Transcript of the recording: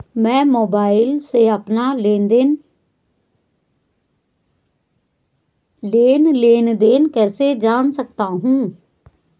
मैं मोबाइल से अपना लेन लेन देन कैसे जान सकता हूँ?